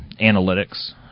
Analytics